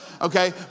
okay